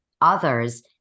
others